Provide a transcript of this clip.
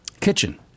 kitchen